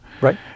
Right